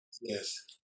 Yes